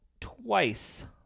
twice